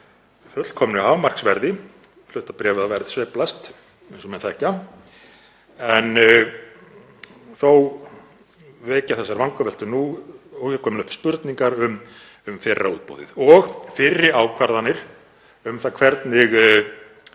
fullkomnu hámarksverði — hlutabréfaverð sveiflast eins og menn þekkja. Þó vekja þessar vangaveltur nú óhjákvæmilega upp spurningar um fyrra útboðið og fyrri ákvarðanir um hvernig